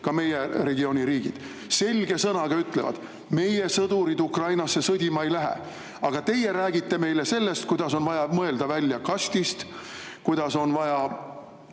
Ka meie regiooni riigid selge sõnaga ütlevad: meie sõdurid Ukrainasse sõdima ei lähe. Aga teie räägite meile sellest, kuidas on vaja kastist välja mõelda, kuidas on vaja